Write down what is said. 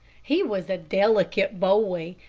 he was a delicate boy,